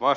vastinetta